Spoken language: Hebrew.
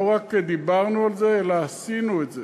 לא רק דיברנו על זה אלא עשינו את זה,